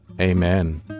Amen